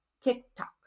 TikTok